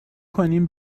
کنیم